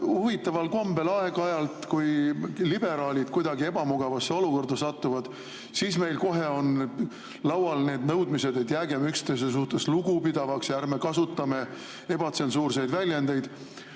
Huvitaval kombel aeg-ajalt, kui liberaalid kuidagi ebamugavasse olukorda satuvad, on neil kohe laual nõudmised, et jäägem üksteise suhtes lugupidavaks ja ärme kasutame ebatsensuurseid väljendeid.